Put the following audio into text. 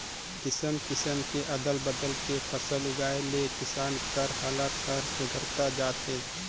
किसम किसम के अदल बदल के फसल उगाए ले किसान कर हालात हर सुधरता जात हे